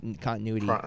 continuity